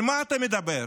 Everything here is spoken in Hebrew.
על מה אתה מדבר?